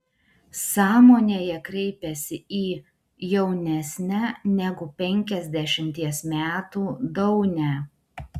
sąmonėje kreipiasi į jaunesnę negu penkiasdešimties metų daunę